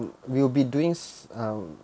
we will be doing s~ um